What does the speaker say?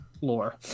lore